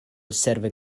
severe